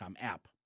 app